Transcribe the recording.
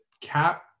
cap